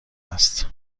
است